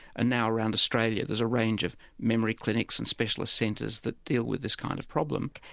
and now around australia there's a range of memory clinics and specialist centres that deal with this kind of problem.